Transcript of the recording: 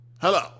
Hello